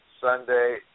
Sunday